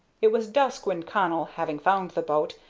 it was dusk when connell, having found the boat,